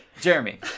Jeremy